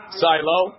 silo